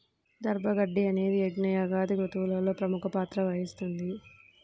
దర్భ గడ్డి అనేది యజ్ఞ, యాగాది క్రతువులలో ప్రముఖ పాత్ర వహిస్తుంది